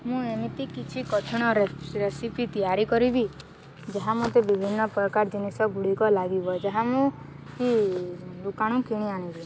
ମୁଁ ଏମିତି କିଛି କଠିନ ରେସିପି ତିଆରି କରିବି ଯାହା ମୋତେ ବିଭିନ୍ନ ପ୍ରକାର ଜିନିଷଗୁଡ଼ିକ ଲାଗିବ ଯାହା ମୁଁ କି ଦୋକନରୁ କିଣି ଆଣିବି